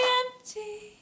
empty